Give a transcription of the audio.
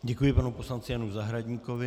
Děkuji panu poslanci Janu Zahradníkovi.